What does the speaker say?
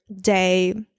day